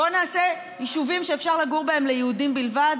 בוא נעשה יישובים שאפשר לגור בהם ליהודים בלבד.